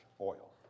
oil